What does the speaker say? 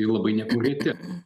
ji labai nekonkreti